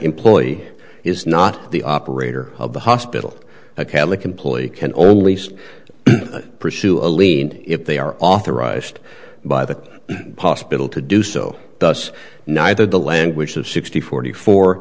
employee is not the operator of the hospital a catholic employee can only say pursue a lien if they are authorized by the hospital to do so thus neither the language of sixty forty four